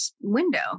window